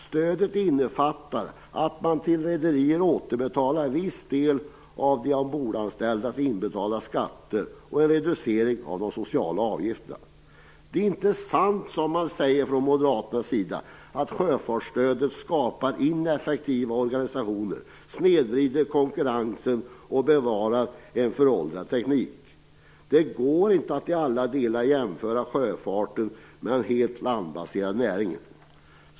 Stödet innefattar att man till rederier återbetalar viss del av de ombordanställdas inbetalda skatter, och en reducering av de sociala avgifterna. Det är inte sant som man säger från Moderaternas sida, dvs. att sjöfartsstödet skapar ineffektiva organisationer, snedvrider konkurrensen och bevarar en föråldrad teknik. Det går inte att i alla delar jämföra sjöfarten med den helt landbaserade näringen.